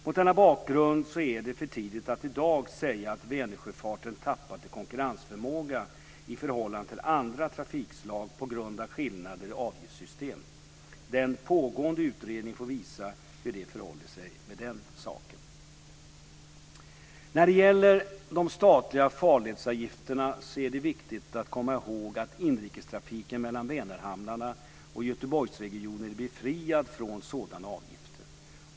Mot denna bakgrund är det för tidigt att i dag säga att Vänersjöfarten tappat i konkurrensförmåga i förhållande till andra trafikslag på grund av skillnader i avgiftssystem. Den pågående utredningen får visa hur det förhåller sig med den saken. Vänerhamnarna och Göteborgsregionen är befriad från sådana avgifter.